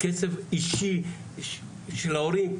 כסף אישי של ההורים,